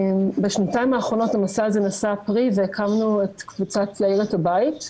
בשנתיים האחרונות הנושא הזה נשא פרי והקמנו את קבוצת "להאיר את הבית",